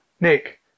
Nick